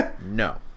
No